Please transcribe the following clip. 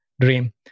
dream